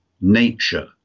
nature